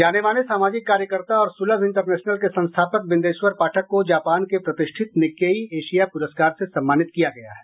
जाने माने सामाजिक कार्यकर्ता और सुलभ इंटरनेशनल के संस्थापक बिंदेश्वर पाठक को जापान के प्रतिष्ठित निक्केई एशिया पुरस्कार से सम्मानित किया गया है